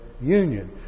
union